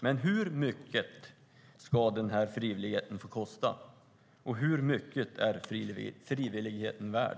Men hur mycket ska frivilligheten få kosta, och hur mycket är frivilligheten värd?